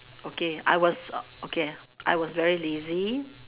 okay I was okay I was very lazy